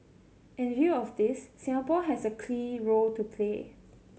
in view of this Singapore has a key role to play